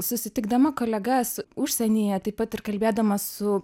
susitikdama kolegas užsienyje taip pat ir kalbėdama su